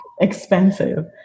Expensive